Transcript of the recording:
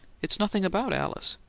it's nothing about alice.